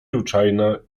ruczajna